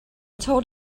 told